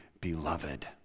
beloved